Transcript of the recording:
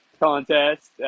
contest